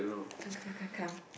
come come come come